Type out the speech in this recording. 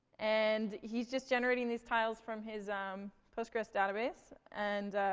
and he's just generating these tiles from his um postgres database, and,